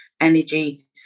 energy